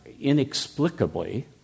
inexplicably